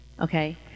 okay